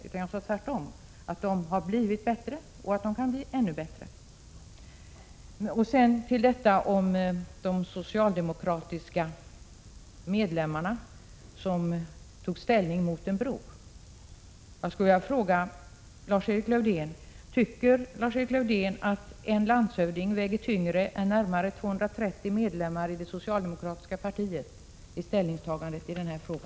Jag sade tvärtom, nämligen att de har blivit bättre och kan bli ännu bättre. Så till frågan om de socialdemokratiska medlemmarna som tog ställning mot en Öresundsbro. Tycker Lars-Erik Lövdén att en landshövdings ord väger tyngre än vad närmare 230 medlemmar det socialdemokratiska partiet anser i denna fråga?